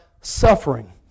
suffering